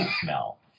smell